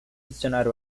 adicionar